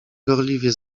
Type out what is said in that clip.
gorliwie